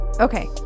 Okay